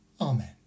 Amen